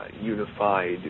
unified